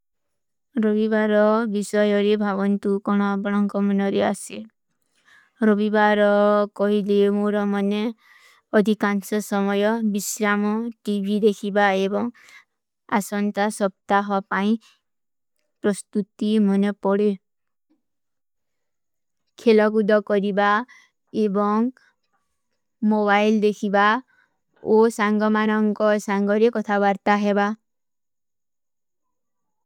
ରୋଭୀ ବାରା ଵିଶାଯାରୀ ଭାଵନ୍ତୂ କୌନା ବଡାଂକା ମୁନାରେ ଆସେ। ରୋଭୀ ବାରା କହିଲେ ମୁରା ମନେ ଅଧିକାଂଚ ସମଯା ଵିଶ୍ଯା ମୁନ, ଟୀଵୀ ଦେଖିବା ଏବଂ ଅସଂତା ସବତା ହାପାଇଂ ପ୍ରସ୍ତୁତି ମୁନ ପରେ। କିଲା ଗୁଦା କାରୀ ବା, ଏବଂକ, ମୋବାଇଲ ଦେଖିବା, ଓ ସଂଗା ମନାଂକା ସଂଗାରୀ କୋ ତବରତା ହୈ ବା।